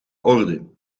orde